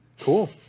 Cool